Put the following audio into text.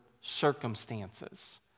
circumstances